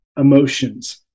emotions